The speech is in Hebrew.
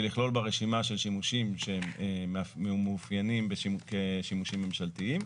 ולכלול בה רשימה של שימושים שהם מאופיינים כשימושים ממשלתיים.